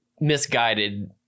misguided